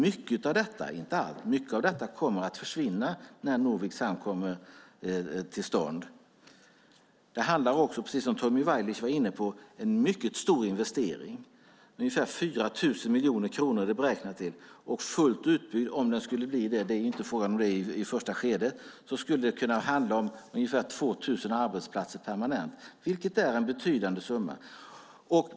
Mycket av detta, om än inte allt, kommer att försvinna när Norviks hamn kommer till stånd. Precis som Tommy Waidelich var inne på är det fråga om en mycket stor investering. Ungefär 4 000 miljoner kronor är det beräknat till, och fullt utbyggd - om den blir det, vilket det ju inte är fråga om i det första skedet - skulle det kunna handla om ungefär 2 000 arbetsplatser permanent. Det är en betydande mängd.